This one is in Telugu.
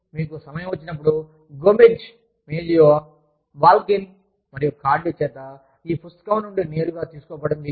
మీకు సమయం వచ్చినప్పుడు Gomez Mejia Balkin Cardy Gomez Mejio Balkin Cardy చేత ఈ పుస్తకం నుండి నేరుగా తీసుకోబడింది